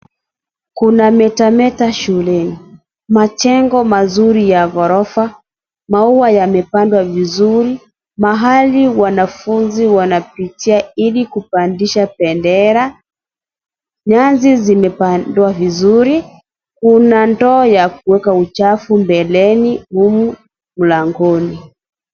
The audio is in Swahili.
Kuna metameta shuleni. Majengo mazuri ya ghorofa, maua yamepandwa vizuri, mahali wanafunzi wanapitia ili kupandisha bendera, nyasi zimepandwa vizuri, kuna ndoo ya kuweka uchafu mbeleni humu mlangoni.